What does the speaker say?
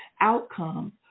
outcomes